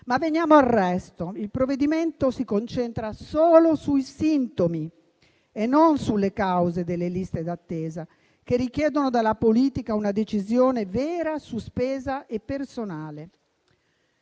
E veniamo al resto: il provvedimento si concentra solo sui sintomi e non sulle cause delle liste d'attesa, che richiedono dalla politica una decisione vera su spesa e personale.